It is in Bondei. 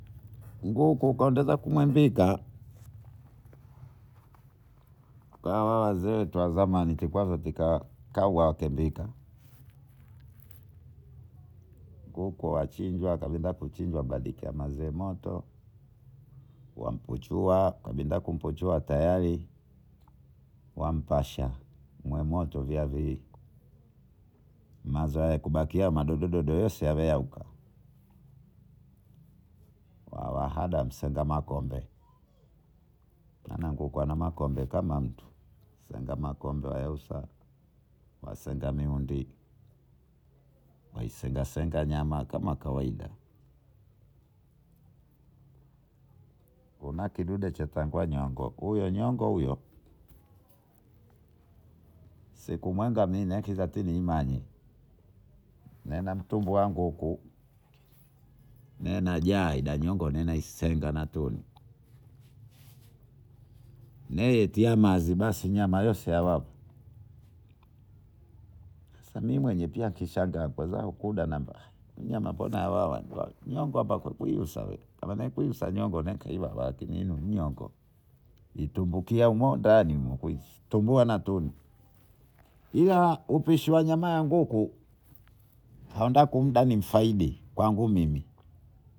Nguku kuwezakumvika hawa wazee wazamani kikwazo kitawakendika. Nguku achinjwa alendakuchinjwa kabenzekamajiyamoto wampichua kabinda kumchupua teyari wa mpasha mwemoto vya vii mazayakubakia madodododo yose yasevyahuka wayahada semakumbo maana nguku anamakombe kama mtu sengamakombe wayaosha wasenga mihundi waisengasenga nyama kama kawaida kunakidude katanyongo, huyo nyongo huyo sikumwenga ekatimwanyi nenamtungwanguku nenajai nanyongoisenga na tunu. Neyetianazi basi nyama yotese yawa sasa Mimi pia nikishanga kwanza hukudanamba mnyama mbona awawa ngongo ambaikusa wee awenekuikusa nyongo nekeivava lakini inyongo itumbukia ndani humo kuitumbua na tundu. Ila upishiwanyama ya nguku haundaka humu ndani mfaidi.